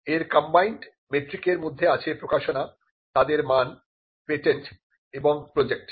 এর কম্বাইন্ড মেট্রিকের মধ্যে আছে প্রকাশনা তাদের মান পেটেন্ট এবং প্রজেক্ট